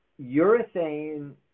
urethane